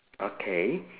okay